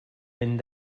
vent